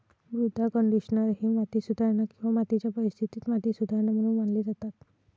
मृदा कंडिशनर हे माती सुधारणा किंवा मातीच्या परिस्थितीत माती सुधारणा म्हणून मानले जातात